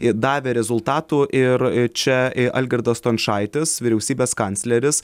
i davė rezultatų ir čia i algirdas stončaitis vyriausybės kancleris